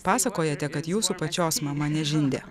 pasakojote kad jūsų pačios mama nežindė